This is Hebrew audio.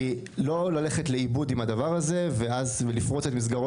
היא לא ללכת לאיבוד עם הדבר הזה ולפרוץ את מסגרות